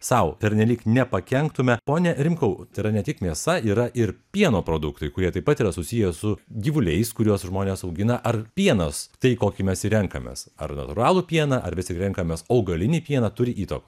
sau pernelyg nepakenktume pone rimkau tai yra ne tik mėsa yra ir pieno produktai kurie taip pat yra susiję su gyvuliais kuriuos žmonės augina ar pienas tai kokį mes renkamės ar natūralų pieną ar vis tik renkamės augalinį pieną turi įtakos